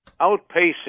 outpacing